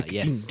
Yes